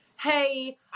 hey